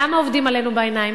למה עובדים עלינו בעיניים?